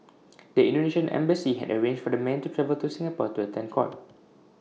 the Indonesian embassy had arranged for the man to travel to Singapore to attend court